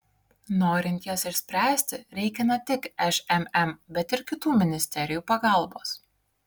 norint jas išspręsti reikia ne tik šmm bet ir kitų ministerijų pagalbos